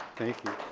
thank you.